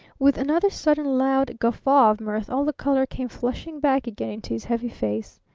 with another sudden, loud guffaw of mirth all the color came flushing back again into his heavy face.